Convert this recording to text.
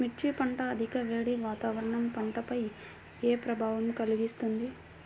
మిర్చి పంట అధిక వేడి వాతావరణం పంటపై ఏ ప్రభావం కలిగిస్తుంది?